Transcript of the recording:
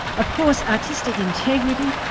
of course artistic integrity,